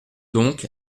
donc